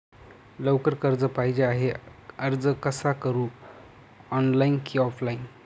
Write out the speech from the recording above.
लवकर कर्ज पाहिजे आहे अर्ज कसा करु ऑनलाइन कि ऑफलाइन?